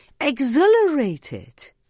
exhilarated